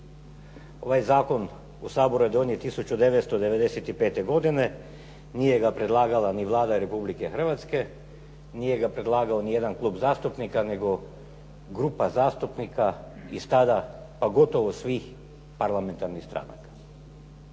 Ovaj zakon u Saboru je donijet 1995. godine. Nije ga predlagala ni Vlada Republike Hrvatske, nije ga predlagao nijedan klub zastupnika nego grupa zastupnika iz tada pa gotovo svih parlamentarnih stranaka.